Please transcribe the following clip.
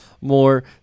more